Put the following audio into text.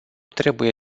trebuie